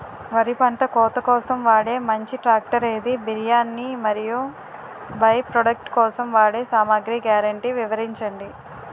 వరి పంట కోత కోసం వాడే మంచి ట్రాక్టర్ ఏది? బియ్యాన్ని మరియు బై ప్రొడక్ట్ కోసం వాడే సామాగ్రి గ్యారంటీ వివరించండి?